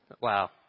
Wow